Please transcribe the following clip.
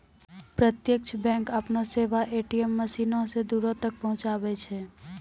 प्रत्यक्ष बैंक अपनो सेबा ए.टी.एम मशीनो से दूरो तक पहुचाबै छै